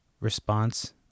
response